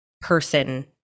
person